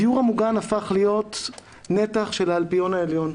הדיור המוגן הפך להיות נתח של האלפיון העליון,